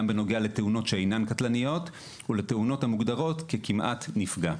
בנוגע לתאונות שאינן קטלניות ולתאונות המוגדרות כ"כמעט נפגע".